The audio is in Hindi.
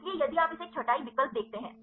इसलिए यदि आप इसे एक छँटाई विकल्प देखते हैं